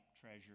treasure